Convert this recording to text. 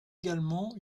également